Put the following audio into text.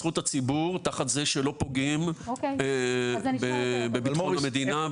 זכות הציבור תחת זה שלא פוגעים בביטחון המדינה,